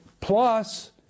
plus